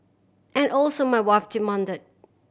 and also my wife demand